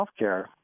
healthcare